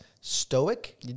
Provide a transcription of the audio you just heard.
stoic